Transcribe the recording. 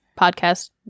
podcast